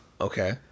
Okay